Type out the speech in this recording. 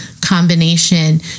combination